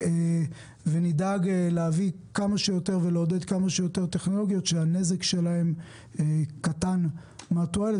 ונדאג להביא ולעודד כמה שיותר טכנולוגיות שהנזק שלהן קטן מהתועלת,